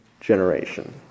generation